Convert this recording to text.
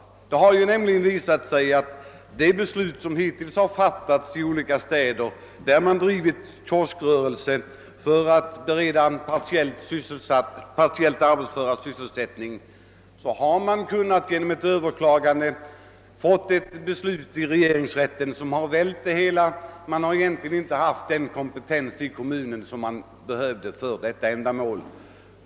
Det har nämligen visat sig att de beslut som fattats i olika städer, där kioskrörelse bedrivits för beredande av sysselsättning åt partiellt arbetsföra, genom Överklagande i regeringsrätten kunnat hävas. Kommunen har egentligen inte haft den kompetens som den behövt ha för detta ändamål.